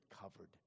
covered